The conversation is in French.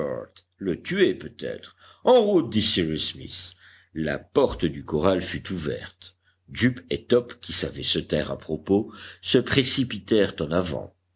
le tuer peut-être en route dit cyrus smith la porte du corral fut ouverte jup et top qui savaient se taire à propos se précipitèrent en avant